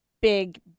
big